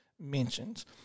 mentions